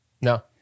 No